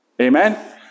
Amen